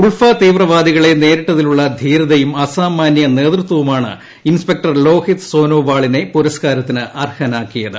ഉൾഫ തീവ്രവാദികളെ നേരിട്ടതിലുള്ള ധീരതയും അസാമാന്യ നേതൃത്വുമാണ് ഇൻസ്പെക്ടർ ലോഹിത് സൊനോവാളിനെ പുരസ്കാരത്തിന് അർഹനാക്കിയത്